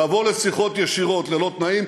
לבוא לשיחות ישירות ללא תנאים,